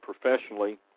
professionally